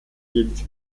jedes